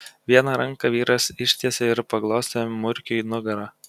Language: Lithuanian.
vieną ranką vyras ištiesė ir paglostė murkiui nugarą